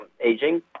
aging